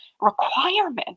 requirement